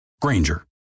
Granger